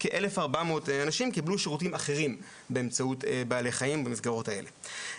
כ-1,400 אנשים קיבלו שירותים אחרים באמצעות בעלי חיים במסגרות האלה.